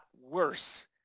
worse